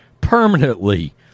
permanently